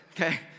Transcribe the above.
okay